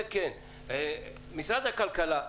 משרד הכלכלה,